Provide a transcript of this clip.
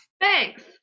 Thanks